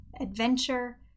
adventure